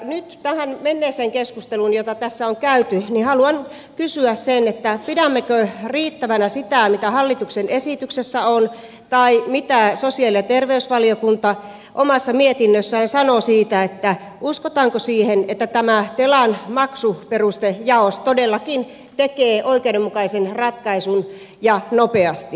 nyt tähän tässä käytyyn keskusteluun liittyen haluan kysyä pidämmekö riittävänä sitä mitä hallituksessa esityksessä on tai mitä sosiaali ja terveysvaliokunta omassa mietinnössään sanoo siitä ja uskotaanko siihen että tämä telan maksuperustejaos todellakin tekee oikeudenmukaisen ratkaisun ja nopeasti